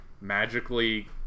magically